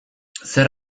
zer